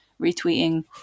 retweeting